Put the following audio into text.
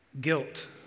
Guilt